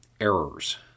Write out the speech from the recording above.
errors